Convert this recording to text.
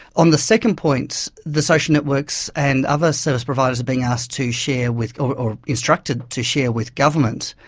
on the second point, the social networks and other service providers are being asked to share with, or instructed to share with government,